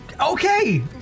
okay